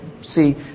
see